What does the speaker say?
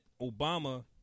Obama